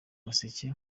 umuseke